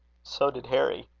so did harry.